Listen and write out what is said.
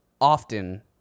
often